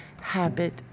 habit